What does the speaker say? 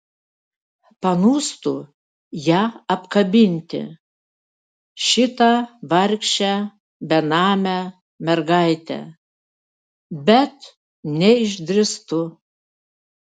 panūstu ją apkabinti šitą vargšę benamę mergaitę bet neišdrįstu